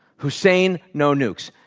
hussein, no nukes.